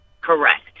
Correct